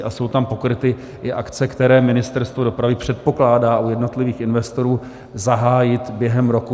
A jsou tam pokryty i akce, které Ministerstvo dopravy předpokládá u jednotlivých investorů zahájit během roku 2021.